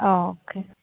അ okay